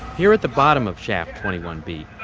here at the bottom of shaft twenty one b,